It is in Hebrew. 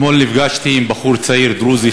אתמול נפגשתי עם בחור צעיר דרוזי,